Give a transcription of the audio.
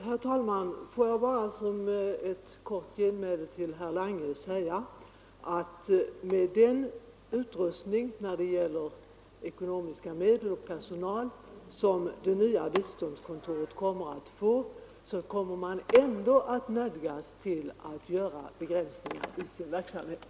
Herr talman! Låt mig som ett kort genmäle till herr Lange säga att med den utrustning i fråga om ekonomiska medel och personal som det nya biståndskontoret får kommer det ändå att nödgas göra begränsningar i sin verksamhet.